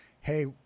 Hey